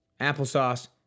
applesauce